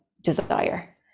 desire